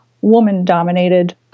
woman-dominated